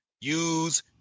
use